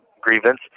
grievance